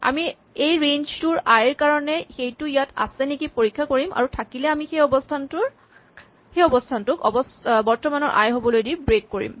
আমি এই ৰে়ঞ্জ টোৰ আই ৰ কাৰণে সেইটো ইয়াত আছে নেকি পৰীক্ষা কৰিম আৰু থাকিলে আমি সেই অৱস্হানটোক বৰ্তমানৰ আই হ'বলৈ দি ব্ৰেক কৰিম